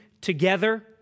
together